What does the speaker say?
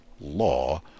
law